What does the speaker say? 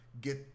get